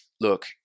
look